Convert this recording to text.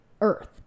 Earth